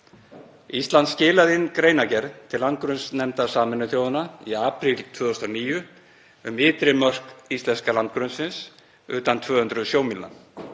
Ísland skilaði inn greinargerð til landgrunnsnefndar Sameinuðu þjóðanna í apríl 2009 um ytri mörk íslenska landgrunnsins utan 200